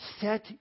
set